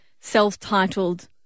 self-titled